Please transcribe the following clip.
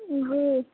जी